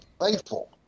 faithful